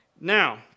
Now